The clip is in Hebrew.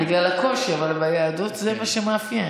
בגלל הקושי, אבל ביהדות זה מה שמאפיין.